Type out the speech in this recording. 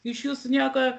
iš jūsų nieko